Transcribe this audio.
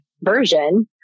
version